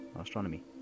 Astronomy